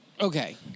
Okay